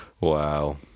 Wow